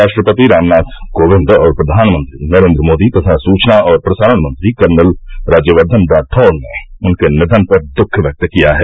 राष्ट्रपति रामनाथ कोविंद और प्रधानमंत्री नरेन्द्र मोदी तथा सूचना और प्रसारण मंत्री कर्नल राज्यवर्वन राठौड़ ने उनके निवन पर दुःख व्यक्त किया है